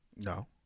no